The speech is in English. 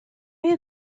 you